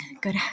good